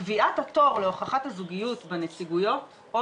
קביעת התור להוכחת הזוגיות בנציגויות או